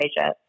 Asia